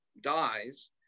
dies